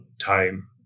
time